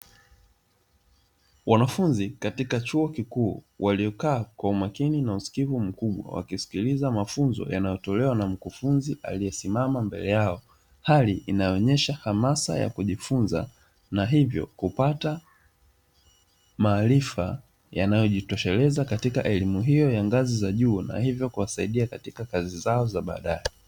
Wanafunzi katika chuo kikuu waliokaa kwa umakini na usikivu mkubwa, wakiskiliza mafunzo yanayotolewa na mkufunzi aliyesimama mbele yao, hali inayoonyesha hamasa ya kujifunza na hivyo kupata maarifa yanayo jitosheleza katika elimu hiyo ya ngazi za juu na hivyo kuwasaidia katika kazi zao za baadae.